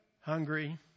hungry